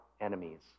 enemies